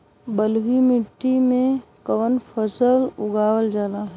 बलुई मिट्टी में कवन फसल उगावल जाला?